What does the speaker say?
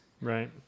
right